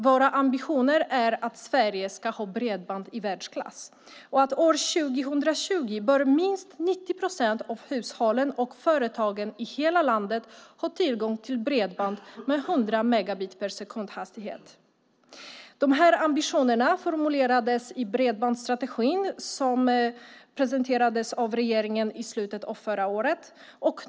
Våra ambitioner är att Sverige ska ha bredband i världsklass och att minst 90 procent av hushållen och företagen i hela landet år 2020 bör ha tillgång till bredband med en hastighet på 100 megabit per sekund. De här ambitionerna formulerades i Bredbandsstrategin som presenterades av regeringen i slutet av förra året.